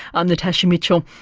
i'm natasha mitchell,